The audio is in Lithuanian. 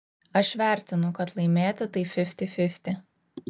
aš vertinu kad laimėti tai fifty fifty